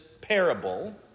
parable